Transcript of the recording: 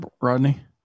Rodney